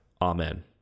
Amen